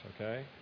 okay